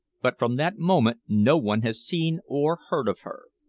but from that moment no one has seen or heard of her.